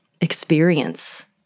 experience